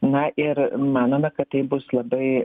na ir manome kad tai bus labai